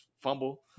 fumble